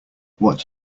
what